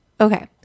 Okay